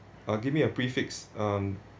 uh give me a pre-fixed um